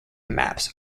maps